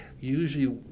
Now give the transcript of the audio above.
usually